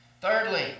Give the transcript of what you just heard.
Thirdly